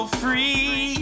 free